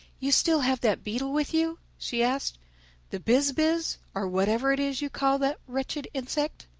you still have that beetle with you, she asked the biz-biz, or whatever it is you call the wretched insect?